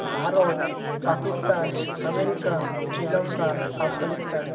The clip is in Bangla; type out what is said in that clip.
ভারত পাকিস্তান আমেরিকা শ্রীলংকা আফগানিস্তান